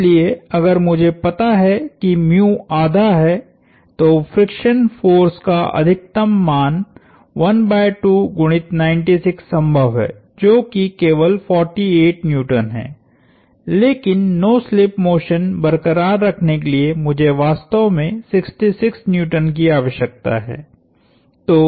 इसलिए अगर मुझे पता है किआधा है तो फ्रिक्शन फोर्स का अधिकतम मान 12 गुणित 96 संभव है जो कि केवल 48 N है लेकिन नो स्लिप मोशन बरक़रार रखने के लिए मुझे वास्तव में 66 N की आवश्यकता है